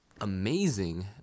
amazing